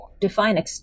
Define